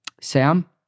sam